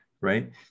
right